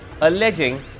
alleging